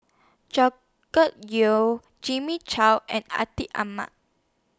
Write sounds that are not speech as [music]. [unintelligible] Yeo Jimmy Chok and Atin Amat